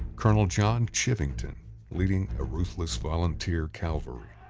colonel john chivington leading a ruthless volunteer cavalry,